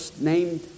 named